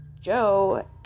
Joe